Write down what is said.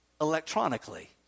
electronically